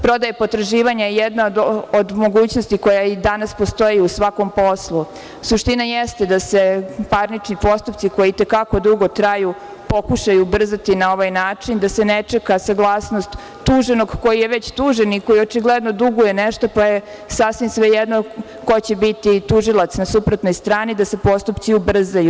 Prodaja potraživanja je jedna od mogućnosti koja i danas postoji u svakom poslu. suština jeste da se parnični postupci, koji i te kako dugo traju pokušaju ubrzati na ovaj način, da se ne čeka saglasnost tuženog koji je već tužen i koji očigledno duguje nešto pa sasvim svejedno ko će biti tužilac na suprotnoj strani, da se postupci ubrzaju.